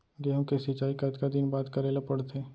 गेहूँ के सिंचाई कतका दिन बाद करे ला पड़थे?